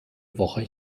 woche